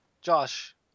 Josh